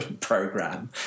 program